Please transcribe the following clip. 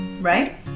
right